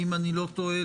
אם אני לא טועה,